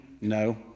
No